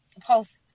post